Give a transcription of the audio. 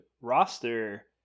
roster